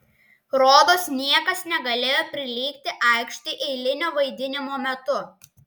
rodos niekas negalėjo prilygti aikštei eilinio vaidinimo metu